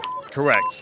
Correct